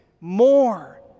more